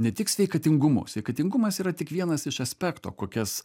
ne tik sveikatingumu sveikatingumas yra tik vienas iš aspektų kokias